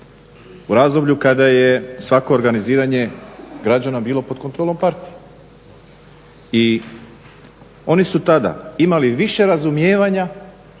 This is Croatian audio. u razdoblju kada je svako organiziranje građana bilo pod kontrolom partije i oni su tada imali više razumijevanja